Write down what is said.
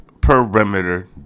perimeter